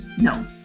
No